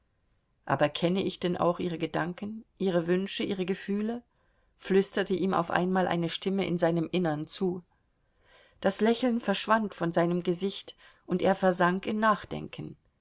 aber kenne ich denn auch ihre gedanken ihre wünsche ihre gefühle flüsterte ihm auf einmal eine stimme in seinem innern zu das lächeln verschwand von seinem gesicht und er versank in nachdenken